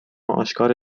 آشکار